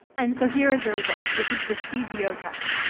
and so here is the results. this is the cbo test.